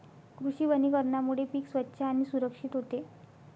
कृषी वनीकरणामुळे पीक स्वच्छ आणि सुरक्षित होते